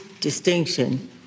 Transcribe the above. distinction